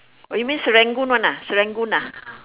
oh you mean Serangoon one ah Serangoon ah